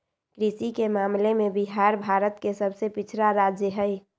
कृषि के मामले में बिहार भारत के सबसे पिछड़ा राज्य हई